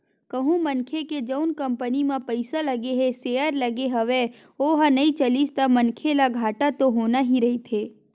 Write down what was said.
कहूँ मनखे के जउन कंपनी म पइसा लगे हे सेयर लगे हवय ओहा नइ चलिस ता मनखे ल घाटा तो होना ही रहिथे